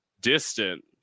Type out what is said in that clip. distant